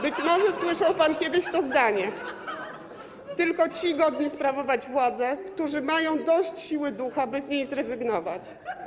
Być może słyszał pan kiedyś to zdanie: Tylko ci godni sprawować władzę, którzy mają dość siły ducha, by z niej zrezygnować.